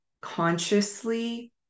consciously